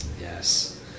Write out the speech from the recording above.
Yes